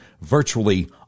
virtually